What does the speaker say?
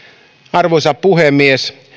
arvoisa puhemies